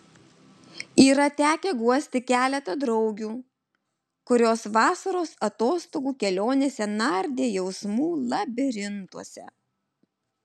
yra tekę guosti keletą draugių kurios vasaros atostogų kelionėse nardė jausmų labirintuose